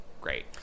Great